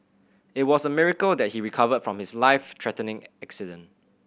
it was a miracle that he recovered from his life threatening accident